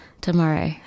tomorrow